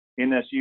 NSU